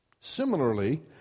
Similarly